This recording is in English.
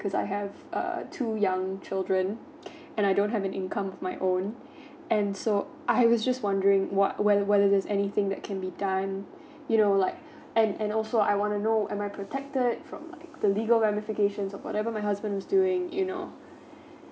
because I have uh two young children and I don't have any income of my own and so I was just wondering what whether whether there's anything that can be done you know like and and also I wanna know am I protected from the legal ramifications or whatever my husband is doing you know